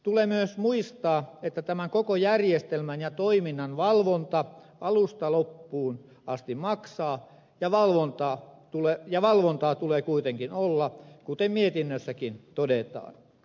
tulee myös muistaa että tämän koko järjestelmän ja toiminnan valvonta alusta loppuun asti maksaa ja valvontaa tulee kuitenkin olla kuten mietinnössäkin todetaan